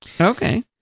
Okay